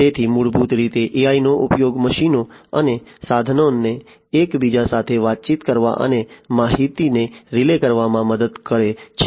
તેથી મૂળભૂત રીતે AI નો ઉપયોગ મશીનો અને સાધનોને એકબીજા સાથે વાતચીત કરવા અને માહિતીને રિલે કરવામાં મદદ કરે છે